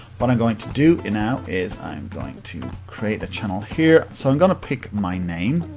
but i'm going to do and now, is i'm going to create a channel here. so, i'm going to pick my name.